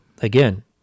again